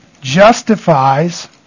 justifies